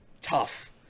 tough